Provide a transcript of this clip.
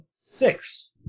Six